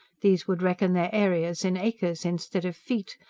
these would reckon their areas in acres instead of feet,